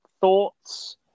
thoughts